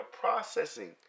processing